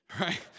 Right